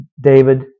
David